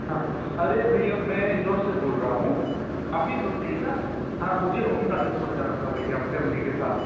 हाँ अरे भइया मैं इंदौर से बोल रहा हूँ आप भी इंदौर से ही है ना हाँ मुझे ओंकारेश्वर जाना था भइया फेमली के साथ